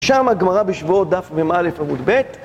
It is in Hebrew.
שם הגמרא בשבועות דף מ"א עמוד ב'